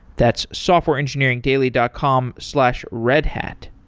that's softwareengineeringdaily dot com slash redhat.